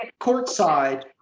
courtside